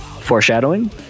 Foreshadowing